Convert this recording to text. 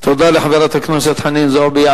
תודה לחברת הכנסת חנין זועבי.